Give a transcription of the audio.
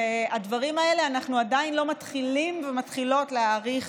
בדברים האלה אנחנו עדיין לא מתחילים ומתחילות להעריך